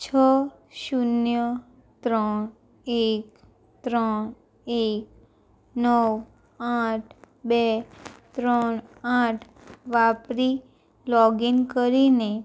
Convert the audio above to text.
છ શૂન્ય ત્રણ એક ત્રણ એક નવ આઠ બે ત્રણ આઠ વાપરી લોગિન કરીને